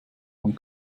man